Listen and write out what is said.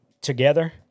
together